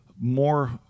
more